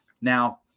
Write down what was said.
Now